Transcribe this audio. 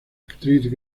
actriz